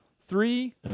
Three